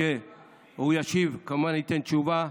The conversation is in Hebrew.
שהוא ישיב, כמובן, ייתן תשובה.